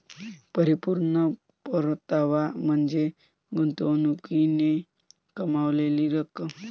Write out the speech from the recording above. परिपूर्ण परतावा म्हणजे गुंतवणुकीने कमावलेली रक्कम